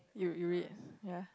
you you read ya